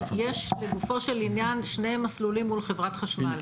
יש לגופו של עניין של מסלולים מול חברת חשמל.